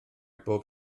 bob